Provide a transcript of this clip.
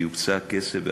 ויוקצה כסף,